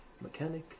mechanic